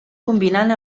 combinant